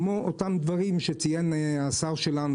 אותם דברים שציין השר שלנו,